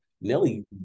Nelly